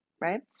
Right